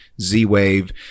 Z-Wave